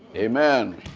amen.